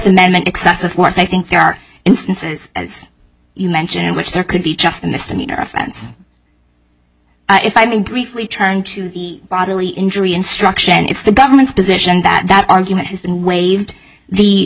amendment except the fourth i think there are instances as you mentioned in which there could be just a misdemeanor offense if i may briefly turn to the bodily injury instruction it's the government's position that that argument has been waived the